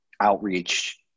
outreach